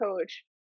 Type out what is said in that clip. coach